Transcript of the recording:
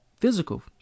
Physical